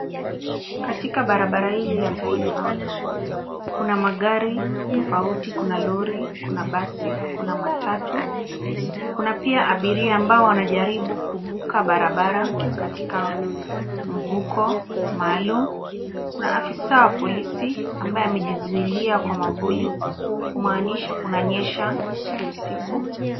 Katika barabara hili la taifa kuna magari tofauti kuna alori kuna basi kuna matatu kuna pia abiria ambao wanajaribu kuvuka barabara katika mvuko maalum. Kuna afisa wa polisi ambaye amejizuilia kwa mwavuli kumaanisha kuna nyesa ni usiku.